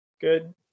Good